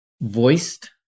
voiced